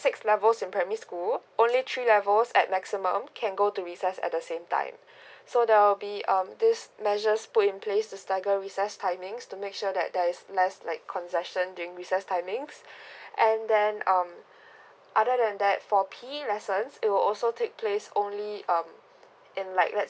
six levels in primary school only three levels at maximum can go to recess at the same time so there will be um this measures put in place to stagger recess timings to make sure that there's less like congestion during recess timings and then um other than that for P_E lessons it will also take place only um in like lets